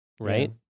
right